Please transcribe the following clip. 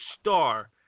star